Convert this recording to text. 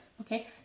Okay